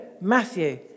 Matthew